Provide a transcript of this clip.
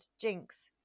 Jinx